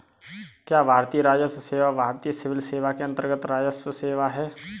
क्या भारतीय राजस्व सेवा भारतीय सिविल सेवा के अन्तर्गत्त राजस्व सेवा है?